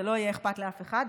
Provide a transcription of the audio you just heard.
זה לא יהיה אכפת לאף אחד.